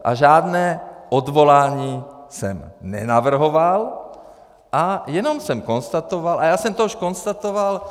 A žádné odvolání jsem nenavrhoval a jenom jsem konstatoval, a já jsem to už konstatoval...